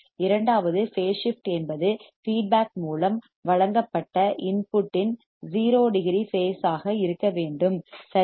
இரண்டாவது phase shift என்பது feedback மூலம் வழங்கப்பட்ட இன்புட்டின் 0 டிகிரி பேஸ் ஆக இருக்க வேண்டும் சரியா